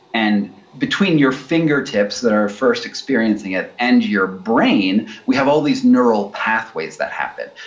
and between your fingertips that are first experiencing it and your brain, we have all these neural pathways that happen.